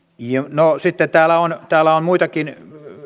no sitten täällä on täällä on muitakin